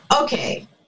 Okay